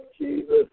Jesus